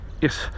yes